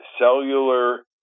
cellular